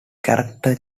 character